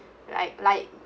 like like